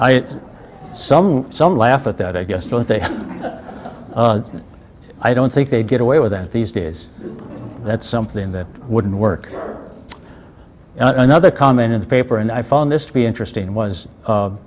some some laugh at that i guess don't they i don't think they'd get away with that these days that's something that wouldn't work in another comment in the paper and i found this to be interesting was